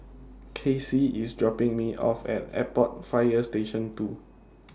Kacy IS dropping Me off At Airport Fire Station two